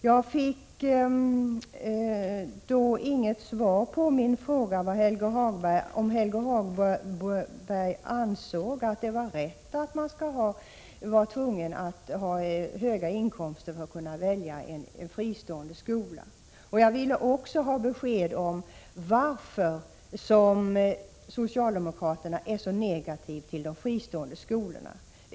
Jag fick inget svar på min fråga om Helge Hagberg ansåg att det var rätt att man skall vara tvungen att ha höga inkomster för att kunna välja en fristående skola. Jag ville också ha besked om varför socialdemokraterna är så negativa till de fristående skolorna.